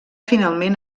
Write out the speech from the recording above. finalment